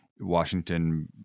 Washington